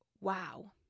wow